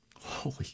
Holy